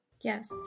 Yes